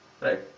Right